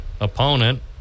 opponent